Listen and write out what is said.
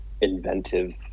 inventive